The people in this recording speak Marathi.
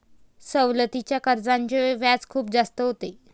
सवलतीच्या कर्जाचे व्याज खूप जास्त होते